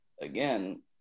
again